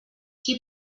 qui